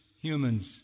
humans